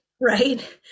right